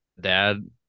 Dad